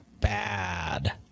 bad